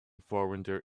foreigners